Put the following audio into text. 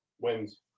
Wins